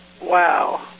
Wow